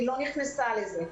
היא לא נכנסה לזה.